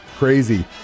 Crazy